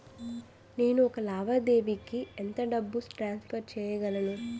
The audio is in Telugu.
నేను ఒక లావాదేవీకి ఎంత డబ్బు ట్రాన్సఫర్ చేయగలను?